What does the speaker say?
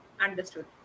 understood